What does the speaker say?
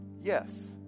yes